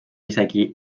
isegi